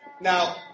Now